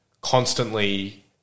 constantly